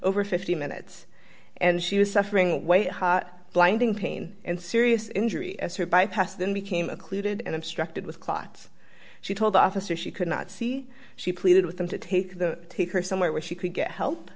over fifty minutes and she was suffering white hot blinding pain and serious injury as her bypass then became a clue did an obstructed with clots she told the officer she could not see she pleaded with them to take the take her somewhere where she could get help